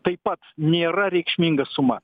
taip pat nėra reikšminga suma